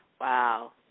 Wow